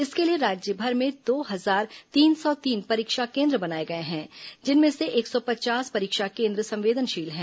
इसके लिए राज्यभर में दो हजार तीन सौ तीन परीक्षा केन्द्र बनाए गए हैं जिनमें से एक सौ पचास परीक्षा केन्द्र संवेदनशील हैं